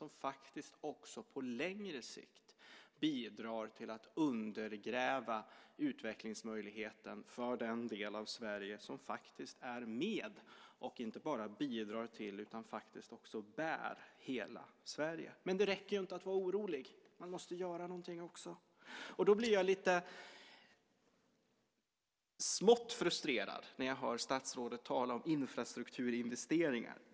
Det bidrar också på längre sikt till att undergräva utvecklingsmöjligheten för den del av Sverige som är med och inte bara bidrar till utan faktiskt också bär hela Sverige. Men det räcker ju inte att vara orolig. Man måste göra någonting också. Därför blir jag lite smått frustrerad när jag hör statsrådet tala om infrastrukturinvesteringar.